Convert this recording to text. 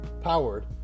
Powered